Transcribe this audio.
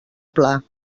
pla